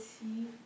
see